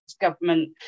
government